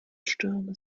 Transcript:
stürme